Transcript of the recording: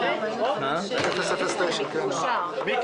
הצבעה בעד רוב נגד